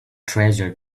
treasure